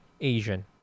Asian